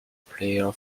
prayer